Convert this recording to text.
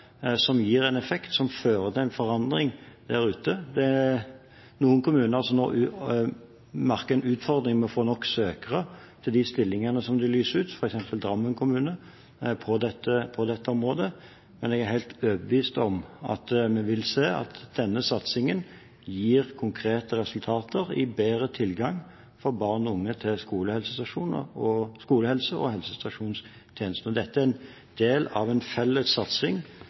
som gir en effekt som fører til en forandring der ute. Det er noen kommuner som nå merker en utfordring med å få nok søkere til stillingene de lyser ut på dette området, som f.eks. Drammen kommune, men jeg er helt overbevist om at vi vil se at denne satsingen gir konkrete resultater i bedre tilgang for barn og unge til skolehelse- og helsestasjonstjenester. Dette er en del av en felles satsing